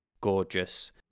gorgeous